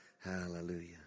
Hallelujah